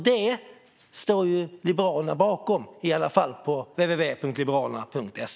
Det står ju Liberalerna bakom, i varje fall på www.liberalerna.se.